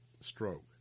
stroke